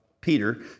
Peter